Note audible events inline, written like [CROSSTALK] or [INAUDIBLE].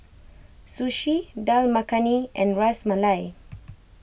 Sushi Dal Makhani and Ras Malai [NOISE]